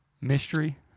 mystery